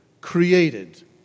created